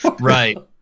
Right